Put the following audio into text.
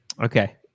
Okay